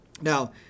Now